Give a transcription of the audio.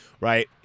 Right